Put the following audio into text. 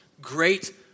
great